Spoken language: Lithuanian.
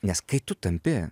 nes kai tu tampi